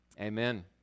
amen